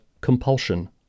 Compulsion